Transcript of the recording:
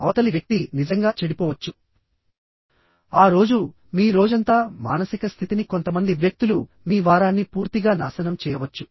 అవతలి వ్యక్తి నిజంగా చెడిపోవచ్చు ఆ రోజు మీ రోజంతా మానసిక స్థితిని కొంతమంది వ్యక్తులు మీ వారాన్ని పూర్తిగా నాశనం చేయవచ్చు